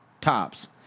Tops